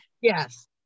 Yes